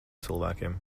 cilvēkiem